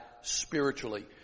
spiritually